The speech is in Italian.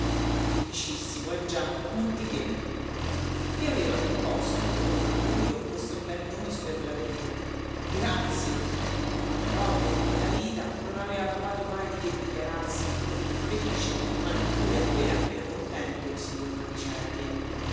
felicissimo eh già ma di che gli avevano imposto come un augurio questo bel nome superlativo grazie ma proprio nella vita non aveva trovato mai di che dichiararsi non che felice ma neppure appena appena contento il signor ramicelli